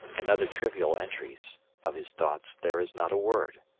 and other trivial entries of his thoughts there is not a word.